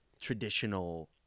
traditional